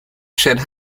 should